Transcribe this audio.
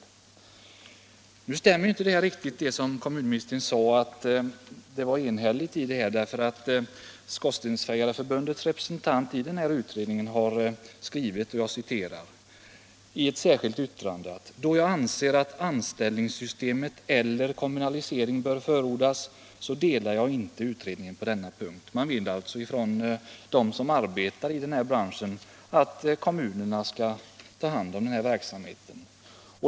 Det som kommunministern sade om de sakkunnigas enhällighet stämmer inte riktigt med verkligheten därför att Skorstensfejareförbundets representant i utredningen har skrivit i ett särskilt yttrande: ”DÅå jag anser att anställningssystemet eller kommunalisering bör förordas, delar jag inte utredningens mening på denna punkt.” Man vill alltså från deras sida som arbetar i denna bransch att kommunerna skall ta hand om verksamheten.